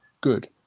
good